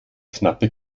knappe